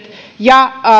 ja